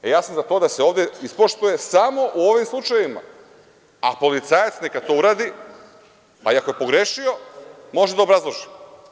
Ja sam za to da se ovde ispoštuje samo u ovim slučajevima, a policajac neka to uradi, pa i ako je pogrešio, može da obrazloži.